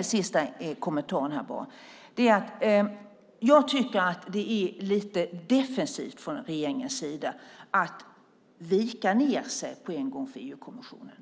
Den sista kommentaren jag har är att jag tycker att det är lite defensivt från regeringens sida att på en gång vika ned sig för EU-kommissionen.